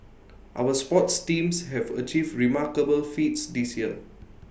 our sports teams have achieved remarkable feats this year